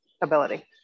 ability